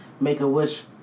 Make-A-Wish